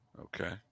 Okay